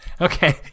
Okay